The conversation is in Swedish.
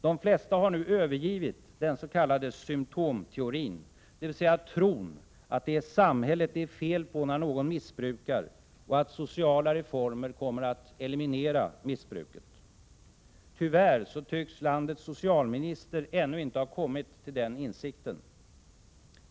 De flesta har nu övergivit den s.k. symptomteorin, dvs. tron att det är samhället det är fel på när någon missbrukar och att sociala reformer kommer att eliminera missbruket. Tyvärr tycks landets socialminister ännu inte ha kommit till denna insikt.